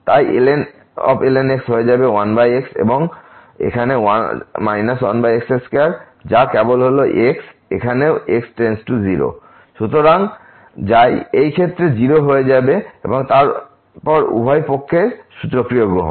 তাই ln x হবে 1 x এবং এখানে 1x2 যা কেবলহল x এখানেও x 0 সুতরাং যায় এই 0 হয়ে যাবে এবং তারপর উভয় পক্ষের সূচকীয় গ্রহণ